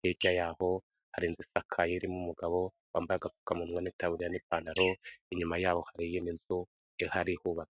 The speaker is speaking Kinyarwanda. hirya y'aho ari akayerimo umugabo wamba agapfukamunwa n'ita n'ipantaro inyuma yaho hari iyo nzu iharihubatswe